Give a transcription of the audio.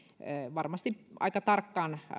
varmasti aika tarkkaan